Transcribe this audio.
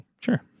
Sure